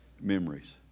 memories